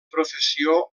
professió